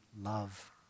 love